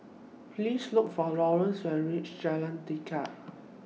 Please Look For Lawerence when YOU REACH Jalan Tekad